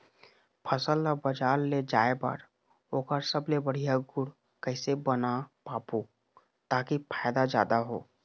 फसल ला बजार ले जाए बार ओकर सबले बढ़िया गुण कैसे बना पाबो ताकि फायदा जादा हो?